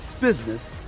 business